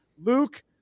Luke